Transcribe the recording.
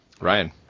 ryan